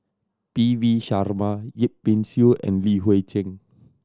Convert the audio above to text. P V Sharma Yip Pin Xiu and Li Hui Cheng